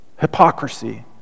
Hypocrisy